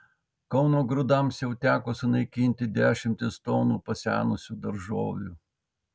kauno grūdams jau teko sunaikinti dešimtis tonų pasenusių daržovių